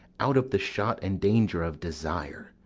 out of the shot and danger of desire.